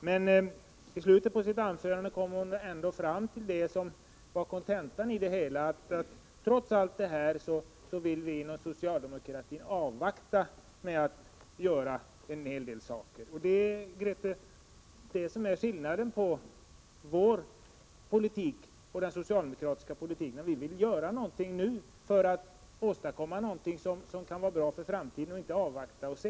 Men i slutet av sitt anförande kom hon ändå fram till kontentan i det hela, nämligen att socialdemokraterna trots de vackra orden vill avvakta med att vidta en hel del åtgärder. Det är detta, Grethe Lundblad, som är skillnaden mellan vår politik och den socialdemokratiska politiken. Vi vill göra någonting nu för att åstadkomma ett resultat för framtiden, inte avvakta och se.